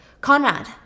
Conrad